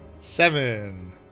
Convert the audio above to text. Seven